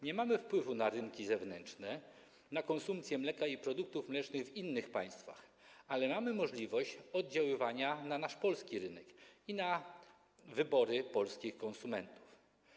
Nie mamy wpływu na rynki zewnętrzne, na konsumpcję mleka i produktów mlecznych w innych państwach, ale mamy możliwość oddziaływania na nasz polski rynek i na wybory polskich konsumentów.